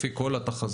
לפי כל התחזיות,